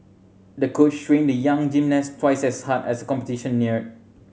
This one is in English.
the coach trained the young gymnast twice as hard as competition neared